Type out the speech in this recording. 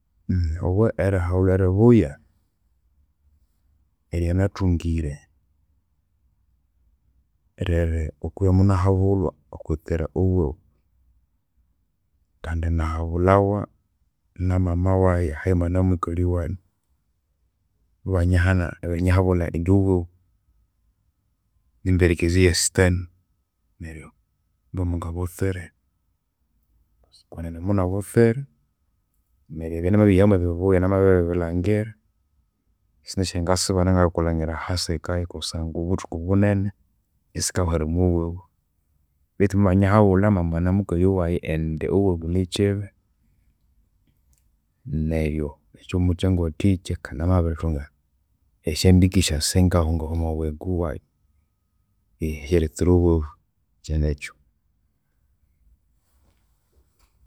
Obo erihabulhwa eribuya eryanathungire riri okwibya imunahabulhwa okwitsira obwabu kandi nahabulhawa namawayi hayima namukali wayi. Mubanyihana mubanyihabulha indi obwabu nimberekezi eyesitani neryo mubabugha ambu ngabutsire. Kwenene mungabutsira neryo ebyanamabirihamu ebibuya namabiribilhangira. Esyasente syayi ngasibana ngalikulhangira ahasikaya kusangwa obuthuku obunene, isikahwera omwabwabu betu mubanyihabulha mama namukali wayi indi obwabu nikyibi neryo ekyo mukyangwathikya kandi namabirithunga esyambingisya singahungahu omwabuyingo bwayi. Eritsira obwabu, kyanekyu.